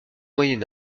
moyen